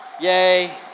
Yay